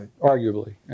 arguably